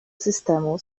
systemu